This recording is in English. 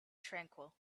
tranquil